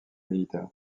militaire